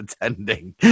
attending